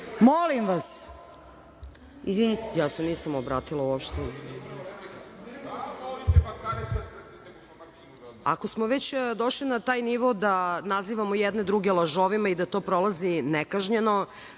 Nestorović** Ja se nisam obratila uopšte. Ako smo već došli na taj nivo da nazivamo jedne druge lažovima i da to prolazi nekažnjeno,